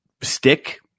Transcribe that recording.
stick